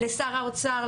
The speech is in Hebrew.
לשר האוצר,